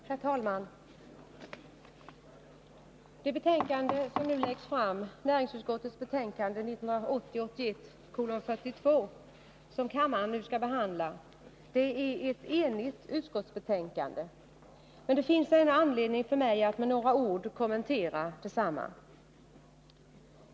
Herr talman! Det betänkande, NU 1980/81:42, som kammaren nu skall behandla, är ett enigt utskottsbetänkande, men det finns ändå anledning för mig att med några ord kommentera detsamma.